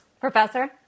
Professor